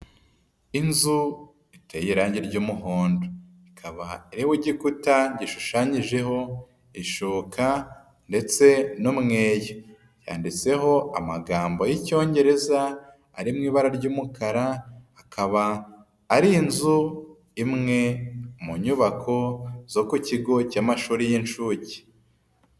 Inzu iteye irangi ry'umuhondo. Ikaba iriho igikuta gishushanyijeho ishuka ndetse n'umweyo. Yanditseho amagambo y'Icyongereza ari mu ibara ry'umukara, akaba ari inzu imwe, mu nyubako zo ku kigo cy'amashuri y'inshuke.